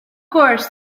course